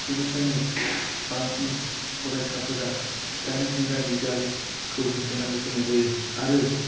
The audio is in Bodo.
बेनिखायनो बांसिन फरायसाफोरा दाइन रिंगानि गारिखौ होसोनानै फैनाय जायो आरो